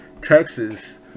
Texas